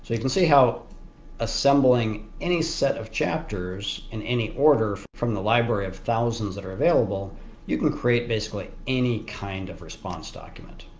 so you can see how assembling any set of chapters in any order from the library of thousands that are available you can create basically any kind of response document.